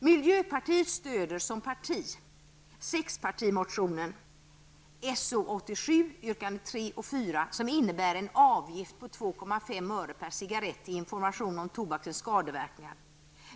Miljöpartiet stöder som parti sexpartimotionen 2,5 öre per cigarett till information om tobakens skadeverkningar.